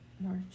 March